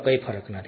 કોઈ ફરક નથી